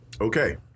Okay